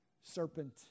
serpent